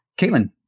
Caitlin